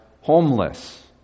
homeless